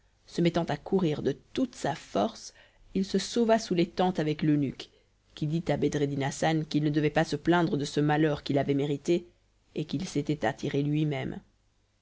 se mettant à courir de toute sa force il se sauva sous les tentes avec l'eunuque qui dit à bedreddin hassan qu'il ne devait pas se plaindre de ce malheur qu'il avait mérité et qu'il s'était attiré lui-même